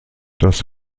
das